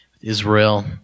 Israel